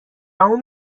اون